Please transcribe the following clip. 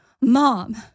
mom